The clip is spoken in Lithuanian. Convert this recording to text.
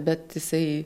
bet jisai